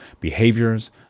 behaviors